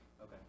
Okay